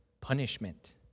punishment